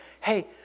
hey